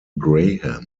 graham